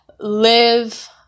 Live